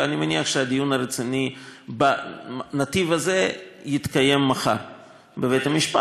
ואני מניח שהדיון הרציני בנתיב הזה יתקיים מחר בבית-המשפט,